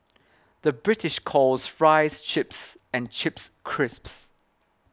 the British calls Fries Chips and Chips Crisps